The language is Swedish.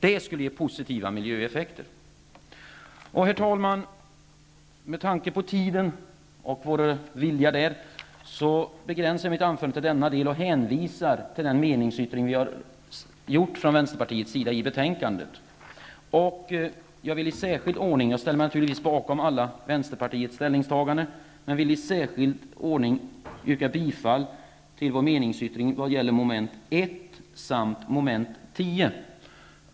Det skulle ge positiva miljöeffekter. Herr talman! Med tanke på tiden begränsar jag mitt anförande till det jag nu har sagt och hänvisar till den meningsyttring som vi från vänsterpartiets sida har gjort i betänkandet. Jag ställer mig naturligtvis bakom alla vänsterpartiets ställningstaganden men vill i särskild ordning yrka bifall till vår meningsyttring vad gäller mom. 1 och mom. 10.